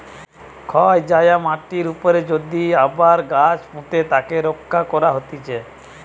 ক্ষয় যায়া মাটির উপরে যদি আবার গাছ পুঁতে তাকে রক্ষা করা হতিছে